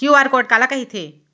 QR code काला कहिथे?